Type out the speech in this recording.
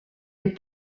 les